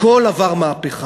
הכול עבר מהפכה.